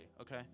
okay